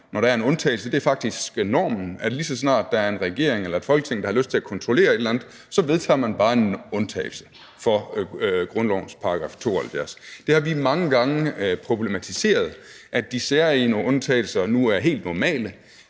når der er en undtagelse – det er faktisk normen. Lige så snart der er en regering eller et Folketing, der har lyst til at kontrollere et eller andet, så vedtager man bare en undtagelse fra grundlovens § 72. Det har vi mange gange problematiseret, altså at de særegne undtagelser nu er helt normale